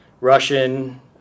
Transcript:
Russian